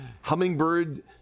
hummingbird